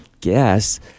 guess